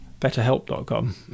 betterhelp.com